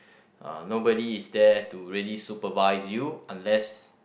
uh nobody is there to really supervise you unless